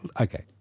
okay